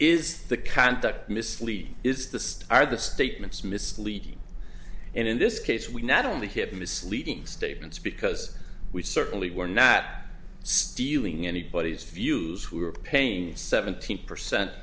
is the conduct misleading is this are the statements misleading and in this case we not only hit misleading statements because we certainly were not stealing anybody's views we were paying seventeen percent